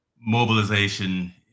mobilization